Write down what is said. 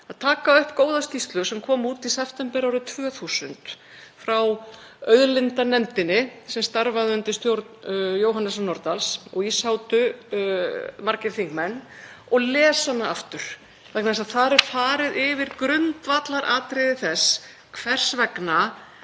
að taka upp góða skýrslu sem kom út í september árið 2000 frá auðlindanefndinni, sem starfaði undir stjórn Jóhannesar Nordals og í sátu margir þingmenn, og lesa hana aftur vegna þess að þar er farið yfir grundvallaratriði þess hvers vegna